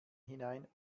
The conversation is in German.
hinein